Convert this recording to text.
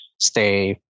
stay